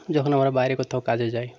যখন আমরা বাইরে কোথাও কাজে যাই